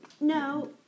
No